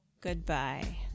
goodbye